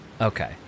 Okay